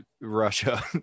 Russia